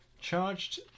charged